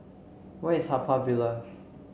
where is Haw Par Villa